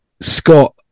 Scott